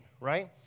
right